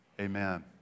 Amen